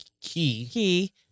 Key